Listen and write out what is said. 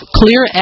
clear